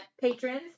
patrons